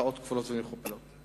במירכאות כפולות ומכופלות.